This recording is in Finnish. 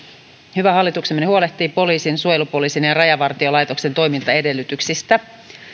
hyvä hallituksemme huolehtii poliisin suojelupoliisin ja ja rajavartiolaitoksen toimintaedellytyksistä